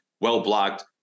well-blocked